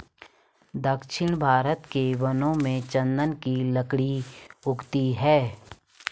दक्षिण भारत के वनों में चन्दन की लकड़ी उगती है